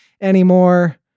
anymore